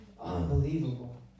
Unbelievable